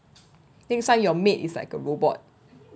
next time your maid is like a robot